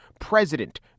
president